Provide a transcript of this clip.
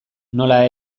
nola